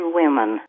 women